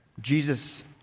Jesus